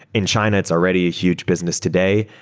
in china, it's already a huge business today.